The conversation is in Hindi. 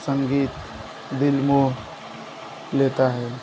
संगीत दिल मोह लेता है